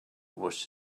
was